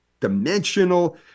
dimensional